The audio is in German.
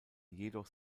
jedoch